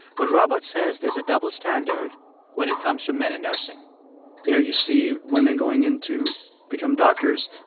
but robert says there's a double standard when it comes to men in nursing you know, you see women going in to become doctors.